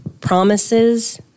promises